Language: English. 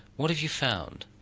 what have you found?